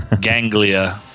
ganglia